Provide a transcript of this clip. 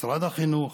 משרד החינוך,